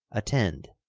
attend,